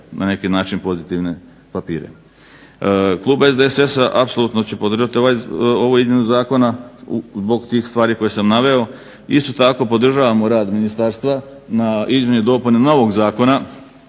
na neki način pozitivne papire. Klub SDSS-a apsolutno će podržati ovu izmjenu zakona zbog tih stvari koje sam naveo. Isto tako podržavamo rad ministarstva na izmjeni i dopuni novog zakona